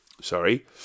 Sorry